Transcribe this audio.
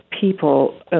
people